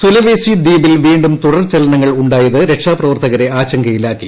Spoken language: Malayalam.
സുലവേസ്സി ദ്വീപിൽ വീണ്ടും തുടർ ചലനങ്ങൾ ഉണ്ടായത് രക്ഷാപ്രവർത്ത്ക്രെ ആശങ്കയിലാക്കി